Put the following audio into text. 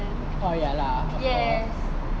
oh ya lah because